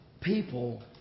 People